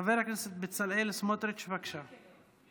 חבר הכנסת בצלאל סמוטריץ', בבקשה.